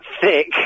thick